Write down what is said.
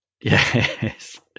Yes